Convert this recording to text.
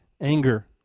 anger